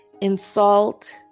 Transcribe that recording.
insult